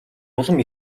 улам